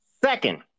Second